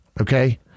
okay